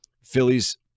Phillies